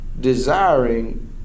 desiring